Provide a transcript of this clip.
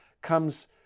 comes